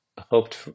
hoped